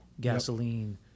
gasoline